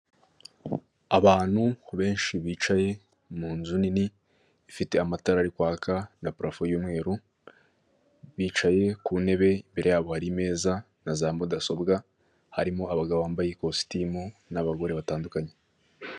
Abantu benshi bicaye mu nzu nini ifite amatara ari kwaka na parafu y'umweru bicaye ku ntebe imbere yabo hari meza na za mudasobwa harimo abagabo bambaye ikositimu n'abagore batandukanye.